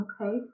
Okay